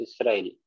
Israel